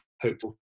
Hopeful